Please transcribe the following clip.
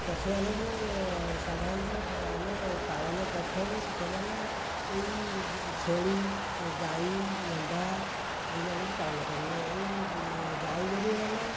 ପଶୁମାନଙ୍କୁ ସାଧାରଣତଃ ଆମେ ପାଳନ କରିଥାଉ ସେମାନେ ଏଇ ଛେଳି ଗାଈ ମେଣ୍ଢା ଏଇ ମାନଙ୍କୁ ପାଳନ କରିବୁ ଏହି ଗାଈଗୋରୁ ମାନେ